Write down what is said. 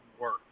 work